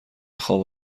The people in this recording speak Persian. خواب